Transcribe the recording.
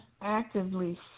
actively